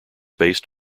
based